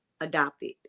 adopted